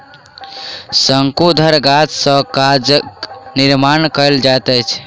शंकुधर गाछ सॅ कागजक निर्माण कयल जाइत अछि